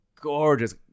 gorgeous